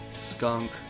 Skunk